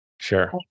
Sure